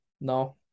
No